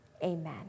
Amen